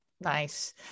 Nice